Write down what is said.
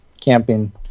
camping